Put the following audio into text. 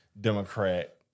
Democrat